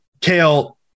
Kale